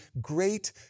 great